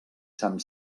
sant